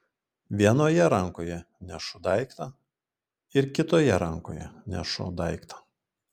vienoje rankoje nešu daiktą ir kitoje rankoje nešu daiktą